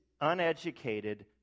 uneducated